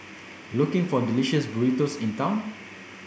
looking for delicious burritos in town